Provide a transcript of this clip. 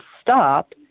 stop